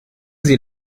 sie